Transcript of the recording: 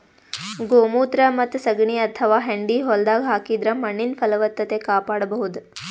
ಗೋಮೂತ್ರ ಮತ್ತ್ ಸಗಣಿ ಅಥವಾ ಹೆಂಡಿ ಹೊಲ್ದಾಗ ಹಾಕಿದ್ರ ಮಣ್ಣಿನ್ ಫಲವತ್ತತೆ ಕಾಪಾಡಬಹುದ್